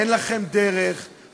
אין לכם דרך,